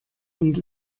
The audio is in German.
und